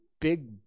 big